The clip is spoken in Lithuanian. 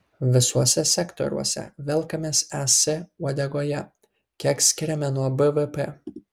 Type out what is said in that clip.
visuose sektoriuose velkamės es uodegoje kiek skiriame nuo bvp